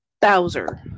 Bowser